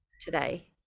today